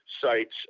sites